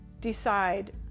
decide